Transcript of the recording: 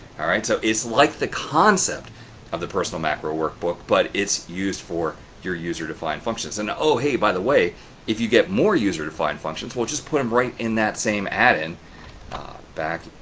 all right, so it's like the concept of the personal macro workbook, but it's used for your user defined functions. and oh hey, by the way if you get more user defined functions, will just put them right in that same add-in and ah back.